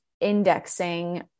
indexing